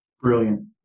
Brilliant